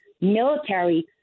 military